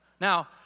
Now